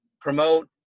promote